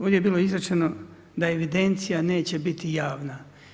Ovdje je bilo izrečeno da evidencija neće biti javna.